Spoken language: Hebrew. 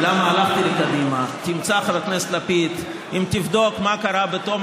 למה הלכת לקדימה אם אתה כל כך